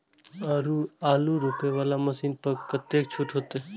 आलू रोपे वाला मशीन पर कतेक छूट होते?